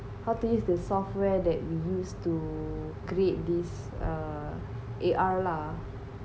how to use the software that we use to create this err A_R lah